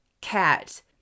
cat